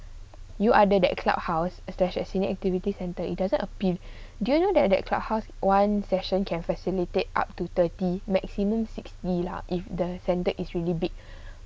you ada that club house especially as senior activity centre it doesn't appeal do you know that that clubhouse one session can facilitate up to thirty maximum sixty lah if the centre is really big